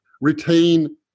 retain